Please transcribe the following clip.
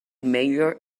major